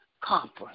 conference